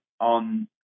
on